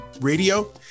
radio